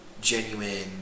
Genuine